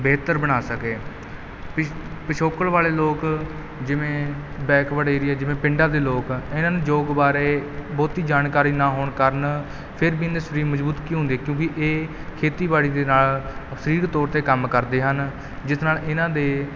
ਬਿਹਤਰ ਬਣਾ ਸਕੀਏ ਪਿਛ ਪਿਛੋਕੜ ਵਾਲੇ ਲੋਕ ਜਿਵੇਂ ਬੈਕਵਰਡ ਏਰੀਆ ਜਿਵੇਂ ਪਿੰਡਾਂ ਦੇ ਲੋਕ ਆ ਇਹਨਾਂ ਨੂੰ ਯੋਗ ਬਾਰੇ ਬਹੁਤੀ ਜਾਣਕਾਰੀ ਨਾ ਹੋਣ ਕਾਰਨ ਫਿਰ ਵੀ ਇਹਨਾਂ ਦੇ ਸਰੀਰ ਮਜ਼ਬੂਤ ਕਿਉਂ ਹੁੰਦੇ ਕਿਉਂਕਿ ਇਹ ਖੇਤੀਬਾੜੀ ਦੇ ਨਾਲ ਸਰੀਰਕ ਤੌਰ 'ਤੇ ਕੰਮ ਕਰਦੇ ਹਨ ਜਿਸ ਨਾਲ ਇਹਨਾਂ ਦੇ